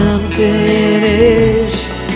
Unfinished